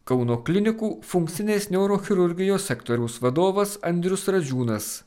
kauno klinikų funkcinės neurochirurgijos sektoriaus vadovas andrius radžiūnas